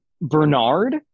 Bernard